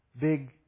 big